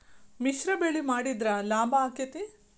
ಮಿಶ್ರ ಬೆಳಿ ಮಾಡಿದ್ರ ಲಾಭ ಆಕ್ಕೆತಿ?